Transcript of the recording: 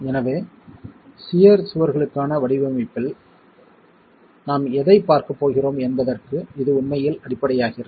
எனவே சியர் சுவர்களுக்கான வடிவமைப்பில் நாம் எதைப் பார்க்கப் போகிறோம் என்பதற்கு இது உண்மையில் அடிப்படையாகிறது